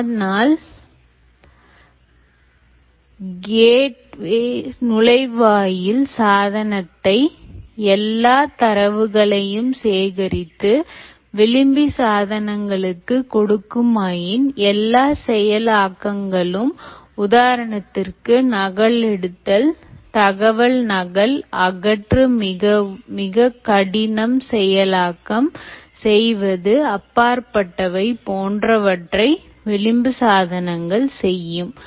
ஆனால் கேநுழைவாயில்சாதனத்தை எல்லாத் தரவுகளையும் சேகரித்து விளிம்பு சாதனங்களுக்கு கொடுக்குமாயின் எல்லா செயல் ஆக்கங்களும் உதாரணத்திற்கு நகல் எடுத்தல் தகவல் நகல் அகற்று மிக கடினம் செயலாக்கம் செய்வது அப்பாற்பட்டவை போன்றவற்றை விளிம்பு சாதனங்கள் செய்யும்